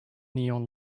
neon